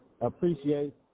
Appreciate